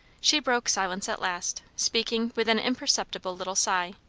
she broke silence at last, speaking with an imperceptible little sigh.